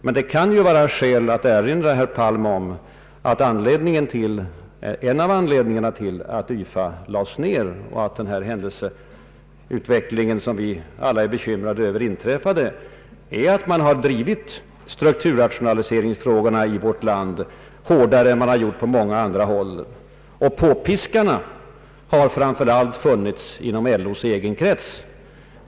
Men det kan ju vara skäl att erinra herr Palm om att en av anledningarna till att YFA lades ned och att den händelseutveckling som vi alla är bekymrade över inträffade är att man drivit strukturrationaliseringen och nedläggningen av mindre lönsamma företag i vårt land hårdare än man gjort på många andra håll. Påpiskarna har framför allt funnits inom LO:s egen krets.